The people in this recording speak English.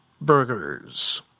burgers